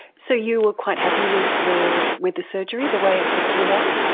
so you were quite happy with the with the surgery, the way it turned out?